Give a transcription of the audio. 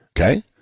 Okay